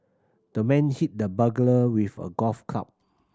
the man hit the burglar with a golf club